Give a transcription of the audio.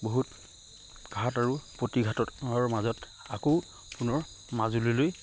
বহুত ঘাত আৰু প্ৰতিঘাতৰ মাজত আকৌ পুনৰ মাজুলীলৈ